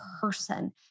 person